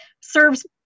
serves